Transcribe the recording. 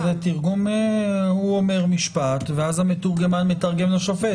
הוא אומר משפט, ואז המתורגמן מתרגם לשופט.